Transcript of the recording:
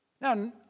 Now